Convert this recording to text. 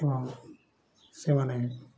ଏବଂ ସେମାନେ